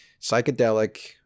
Psychedelic